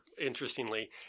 interestingly